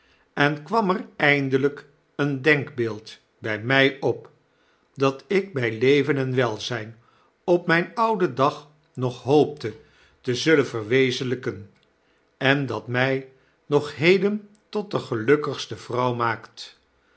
en kwam er eindelyk een denkbeeld by my op dat ik by leven en welzyn op myn ouden dag nog hoopte te zullen verwezenlijken en dat mij nog heden tot de gelukkigste vrouw